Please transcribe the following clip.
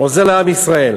עוזר לעם ישראל.